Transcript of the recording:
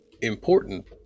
important